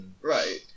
right